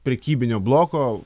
prekybinio bloko